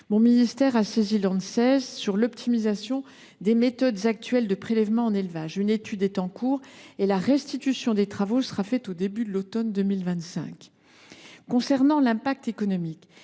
mon ministère a saisi l’Anses sur l’optimisation des méthodes actuelles de prélèvement en élevage. Une étude est en cours et la restitution des travaux aura lieu au début de l’automne 2025. Pour ce qui est de l’impact économique,